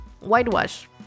Whitewash